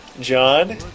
John